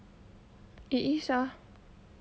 it is ah